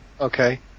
Okay